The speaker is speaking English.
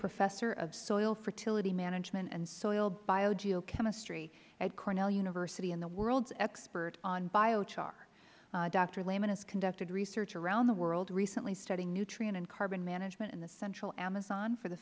professor of soil fertility management and soil biogeochemistry at cornell university and the world's expert on biochar doctor lehmann has conducted research around the world recently studying nutrient and carbon management in the central amazon for the